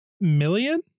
million